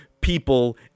people